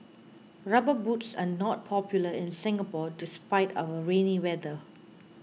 rubber boots are not popular in Singapore despite our rainy weather